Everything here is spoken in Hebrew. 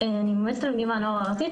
אני ממועצת התלמידים והנוער הארצית,